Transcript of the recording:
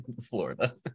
Florida